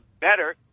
better